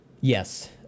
Yes